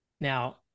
Now